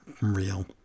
real